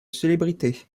célébrité